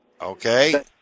Okay